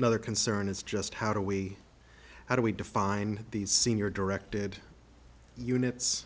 another concern is just how do we how do we define these senior directed units